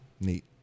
Neat